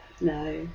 No